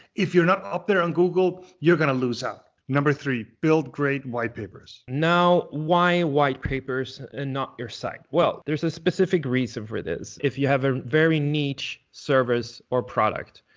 if you're not up there on google, you're gonna lose out. number three, build great white papers. now, why white papers and not your site? there's a specific reason for this. if you have a very niche service or product,